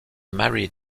mary